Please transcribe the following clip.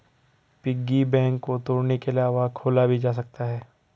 piggy bank को तोड़ने के अलावा खोला भी जा सकता है